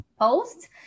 post